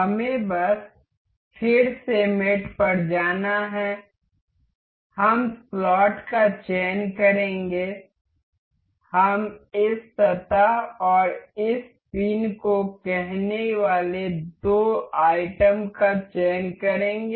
हमें बस फिर से मेट पर जाना है हम स्लॉट का चयन करेंगे हम इस सतह और इस पिन को कहने वाले दो आइटम का चयन करेंगे